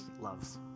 loves